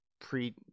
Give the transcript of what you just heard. pre